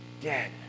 dead